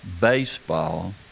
baseball